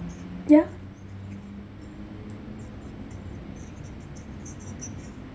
yeah